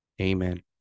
Amen